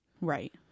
Right